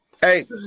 Hey